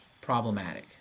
problematic